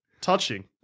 Touching